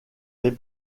les